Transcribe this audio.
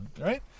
Right